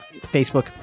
facebook